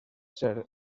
ser